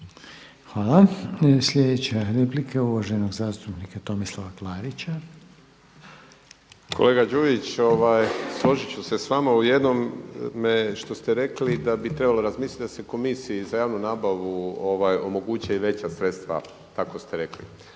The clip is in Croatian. Hvala. Slijedeća replika je uvaženog zastupnika Tomislava Klarića. **Klarić, Tomislav (HDZ)** Kolega Đujić, složit ću se s vama u jednome što ste rekli da bi trebalo razmisliti da se Komisiji za javnu nabavu omoguće i veća sredstva tako ste rekli.